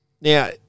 Now